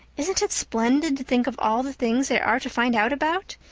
isn't it splendid to think of all the things there are to find out about?